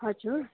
हजुर